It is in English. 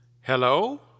Hello